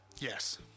Yes